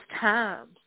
times